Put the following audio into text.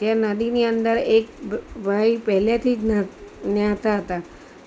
નદીની અંદર એક ભાઈ પહેલેથી જ નહાત નહાતા હતા